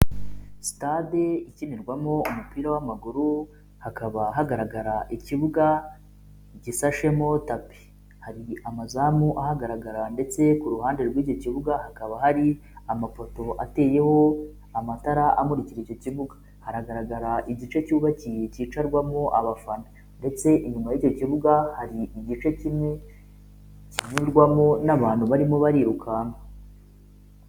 Sitade ikinirwamo umupira w'amaguru hakaba hagaragara ikibuga gisashemo tapi, hari amazamu ahagaragarara ndetse ku ruhande rw'icyo kibuga hakaba hari amapoto ateyeho amatara amurikira icyo kibuga, haragaragara igice cyubakiye cyicarwamwo abafana ndetse inyuma y'icyo kibuga hari igice kimwe kinyurwamo n'abantu barimo barirukanka.